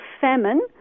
famine